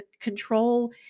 control